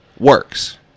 works